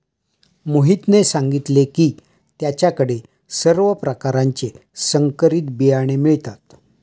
मोहितने सांगितले की त्याच्या कडे सर्व प्रकारचे संकरित बियाणे मिळतात